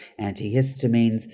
antihistamines